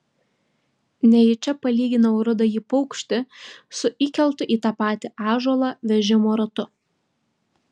nejučia palyginau rudąjį paukštį su įkeltu į tą patį ąžuolą vežimo ratu